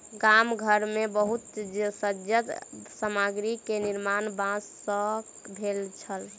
गाम घर मे बहुत सज्जा सामग्री के निर्माण बांस सॅ भेल छल